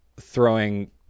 throwing